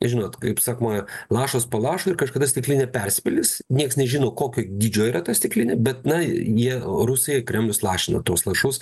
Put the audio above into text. žinot kaip sakoma lašas po lašo ir kažkada stiklinė persipildys nieks nežino kokio dydžio yra ta stiklinė bet na jie rusai kremlius lašina tuos lašus